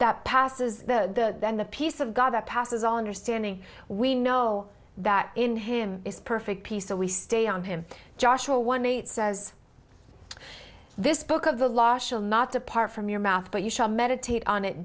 that passes the then the peace of god that passes all understanding we know that in him is perfect peace so we stay on him joshua one eight says this book of the law shall not depart from your mouth but you shall meditate on